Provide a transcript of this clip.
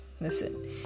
Listen